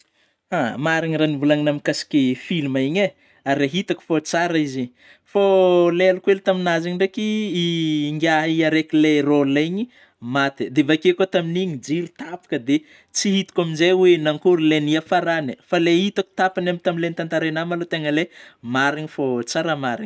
Marigny raha novolagninao mikasiky filma iny e raha itako fa tsara izy fô ilay nalahelo kely tamin'azy iny ndraiky ingahy araiky role iny maty dia avy akeo koa ny jiro tapaka dia tsy itako amin'izay oe nagnakory ilay niafarany fa ilay itako tapany tamin'ilay tantaro aloha tena oe marigny fô tsara marigny.